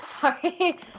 sorry